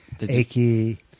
achy